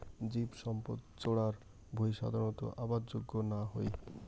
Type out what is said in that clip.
জীবসম্পদ চরার ভুঁই সাধারণত আবাদ যোগ্য না হই